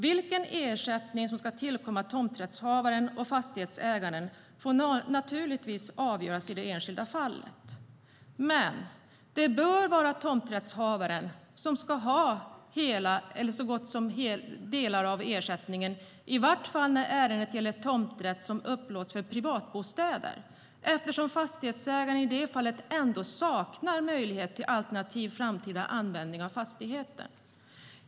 Vilken ersättning som ska tillkomma tomträttshavaren och fastighetsägaren får naturligtvis avgöras i det enskilda fallet, men det bör vara tomträttshavaren som ska ha hela eller så gott som hela ersättningen, i vart fall när ärendet gäller tomträtt som upplåts för privatbostäder, eftersom fastighetsägaren i det fallet ändå saknar möjlighet till alternativ framtida användning av fastigheten.